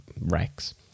Rex